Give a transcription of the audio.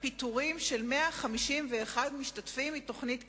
הווי אומר פיטורים של 151 משתתפים מתוכנית קמ"ע,